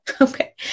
okay